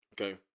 okay